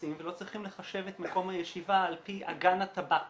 שנכנסים ולא צריך לחשב את מקום הישיבה על פי אגן הטבק.